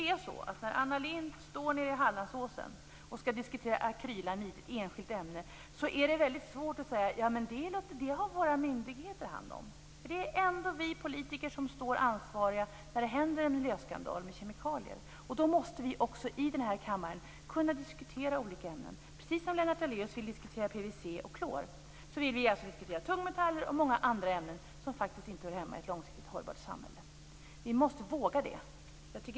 När Anna Lindh står nere vid Hallandsåsen och skall diskutera akrylamid, som är ett enskilt ämne, är det väldigt svårt för henne att säga att det är våra myndigheter som har hand om det. Det är ändå vi politiker som står med ansvaret när det händer en miljöskandal med kemikalier. Då måste vi också i denna kammare kunna diskutera olika ämnen. Precis som Lennart Daléus vill diskutera PVC och klor vill vi diskutera tungmetaller och många andra ämnen som inte hör hemma i ett långsiktigt hållbart samhälle. Vi måste våga göra det.